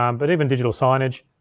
um but even digital signage,